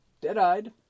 Dead-eyed